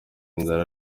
inzara